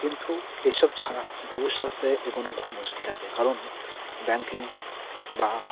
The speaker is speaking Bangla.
কিন্তু এইসব ছাড়া ভবিষ্যতে এগুলো খুব মুশকিল আছে কারণ ব্যাঙ্কিং বা